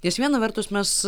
nes viena vertus mes